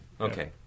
Okay